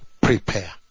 prepare